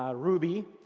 ah ruby,